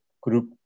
group